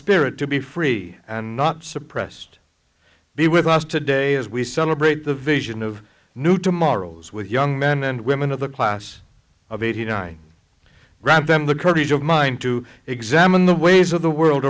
spirit to be free and not suppressed be with us today as we celebrate the vision of new tomorrows with young men and women of the class of eighty nine write them the courage of mind to examine the ways of the world